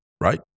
right